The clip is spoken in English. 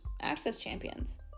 accesschampions